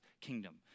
kingdom